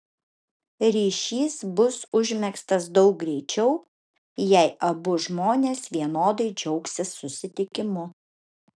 ryšys bus užmegztas daug greičiau jei abu žmonės vienodai džiaugsis susitikimu